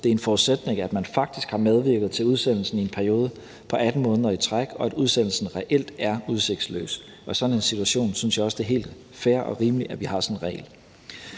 Det er en forudsætning, at man faktisk har medvirket til udsendelsen i en periode på 18 måneder i træk, og at udsendelsen reelt er udsigtsløs. Og i sådan en situation synes jeg også, at det er helt fair og rimeligt, at vi har sådan en regel.